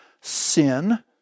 sin